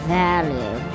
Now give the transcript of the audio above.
value